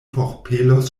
forpelos